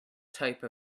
type